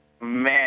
Man